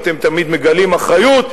אתם תמיד מגלים אחריות.